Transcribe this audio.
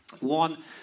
One